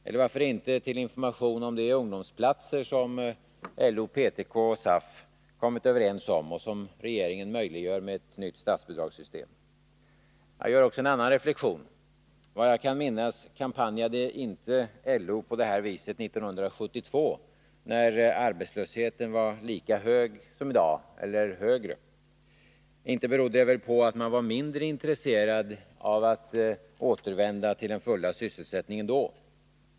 eller, varför inte, om de ungdomsplatser som LO/PTK-SAF kommit överens om och som regeringen möjliggör med ett nytt statsbidrag. Jag gör också en annan reflexion. Såvitt jag kan minnas kampanjerade inte LO på det här viset 1972, när arbetslösheten var lika hög som i dag eller högre. Inte berodde det väl på att man var mindre intresserad att återvända till den fulla sysselsättningen då?